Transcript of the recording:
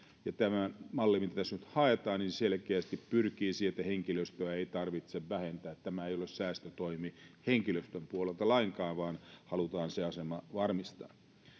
ja tämä malli mitä tässä nyt haetaan selkeästi pyrkii siihen että henkilöstöä ei tarvitse vähentää tämä ei ole säästötoimi henkilöstön puolelta lainkaan vaan halutaan se asema varmistaa